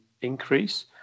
increase